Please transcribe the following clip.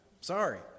Sorry